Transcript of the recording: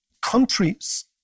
countries